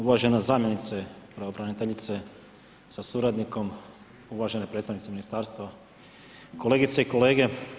Uvažena zamjenice pravobraniteljice sa suradnikom, uvažene predstavnice Ministarstva, kolegice i kolege.